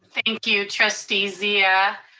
thank you trustee zia.